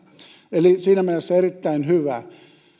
eli siinä mielessä erittäin hyvä